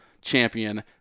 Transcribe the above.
champion